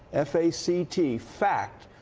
f a c t, fact,